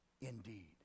indeed